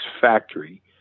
factory